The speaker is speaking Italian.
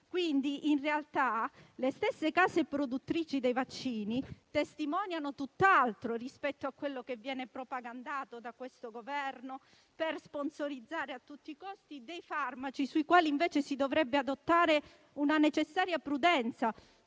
Quindi, in realtà le stesse case produttrici dei vaccini testimoniano tutt'altro rispetto a quello che viene propagandato da questo Governo per sponsorizzare a tutti i costi dei farmaci, sui quali, invece, si dovrebbe adottare una necessaria prudenza.